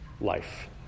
life